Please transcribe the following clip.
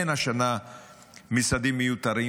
אין השנה משרדים מיותרים.